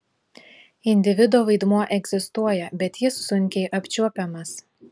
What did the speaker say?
individo vaidmuo egzistuoja bet jis sunkiai apčiuopiamas